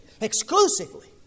exclusively